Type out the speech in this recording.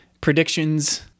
predictions